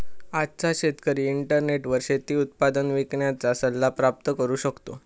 आजचा शेतकरी इंटरनेटवर शेती उत्पादन विकण्याचा सल्ला प्राप्त करू शकतो